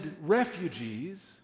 refugees